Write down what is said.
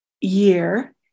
year